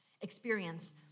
experience